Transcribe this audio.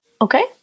Okay